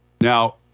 Now